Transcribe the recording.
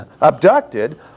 abducted